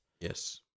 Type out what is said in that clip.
Yes